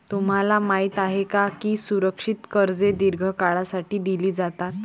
तुम्हाला माहित आहे का की सुरक्षित कर्जे दीर्घ काळासाठी दिली जातात?